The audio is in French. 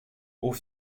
hauts